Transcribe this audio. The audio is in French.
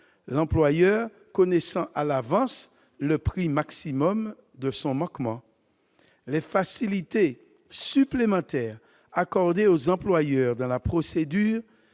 l'employeur connaissant à l'avance le prix maximal de son manquement. Les facilités supplémentaires accordées aux employeurs dans la procédure